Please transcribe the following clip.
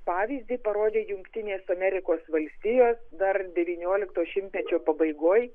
pavyzdį parodė jungtinės amerikos valstijos dar devyniolikto šimtmečio pabaigoj